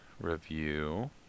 review